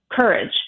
courage